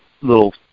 little